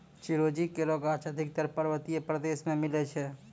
चिरौंजी केरो गाछ अधिकतर पर्वतीय प्रदेश म मिलै छै